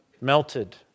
melted